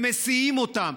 הם מסיעים אותם,